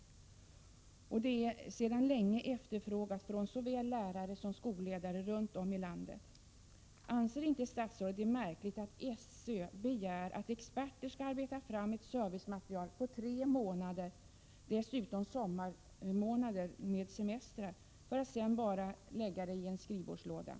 Det är dessutom sedan länge efterfrågat från såväl lärare som skolledare runt om i landet. Anser inte statsrådet det märkligt att SÖ begär att experter skall arbeta fram ett servicematerial på tre månader, dessutom sommarmånader med semestrar, för att sedan bara lägga det i en skrivbordslåda?